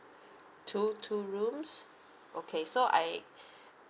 two two rooms okay so I